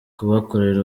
kubakorera